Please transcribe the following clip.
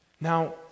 Now